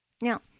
Now